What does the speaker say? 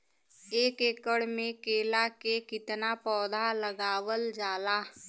एक एकड़ में केला के कितना पौधा लगावल जाला?